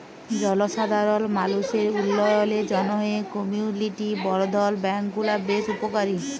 জলসাধারল মালুসের উল্ল্যয়লের জ্যনহে কমিউলিটি বলধ্ল ব্যাংক গুলা বেশ উপকারী